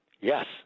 yes